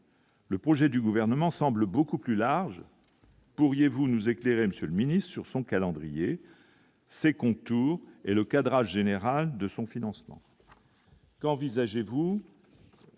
Le projet du gouvernement semble beaucoup plus large. Pourriez-vous nous éclairer Monsieur le Ministre, sur son calendrier, ses contours et le cadrage général de son financement. Qu'envisagez-vous